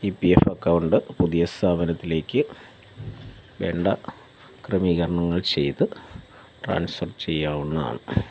E P F account പുതിയ സ്ഥാപനത്തിലേക്ക് വേണ്ട ക്രമീകരണങ്ങൾ ചെയ്ത് ട്രാൻസ്ഫർ ചെയ്യാവുന്നതാണ്